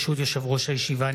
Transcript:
66 בעד, אין מתנגדים ואין נמנעים.